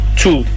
two